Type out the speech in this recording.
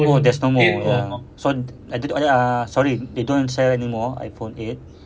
there's no more ah sorry they don't sell anymore ah iphone eight